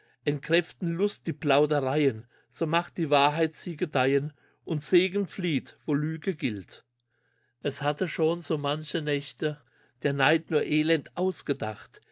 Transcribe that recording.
gegenbild entkräften lust die plaudereyen so macht die wahrheit sie gedeien und segen flieht wo lüge gilt es hatte schon so manche nächte der neid nur elend ausgedacht